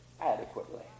Adequately